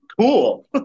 cool